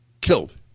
killed